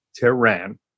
Tehran